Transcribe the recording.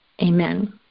amen